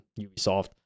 ubisoft